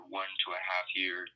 one-to-a-half-year